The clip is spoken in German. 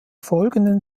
folgenden